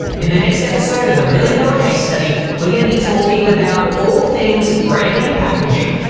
in the next episode of the million dollar case study, we're gonna be talking about all things, branding and packaging.